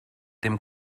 dem